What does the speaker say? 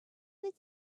would